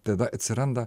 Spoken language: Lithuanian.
tada atsiranda